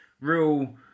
real